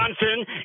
Johnson